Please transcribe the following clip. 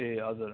ए हजुर